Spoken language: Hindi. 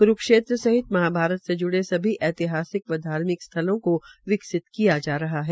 क्रूक्षेत्र सहित महाभारत से जुड़े सभी ऐतिहासिक व धार्मिक स्थलों को विकसित किया जा रहा है